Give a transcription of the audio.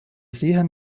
sehen